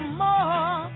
more